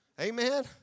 Amen